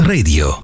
Radio